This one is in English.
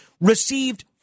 received